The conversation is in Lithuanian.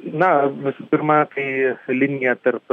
na visų pirma tai linija tarp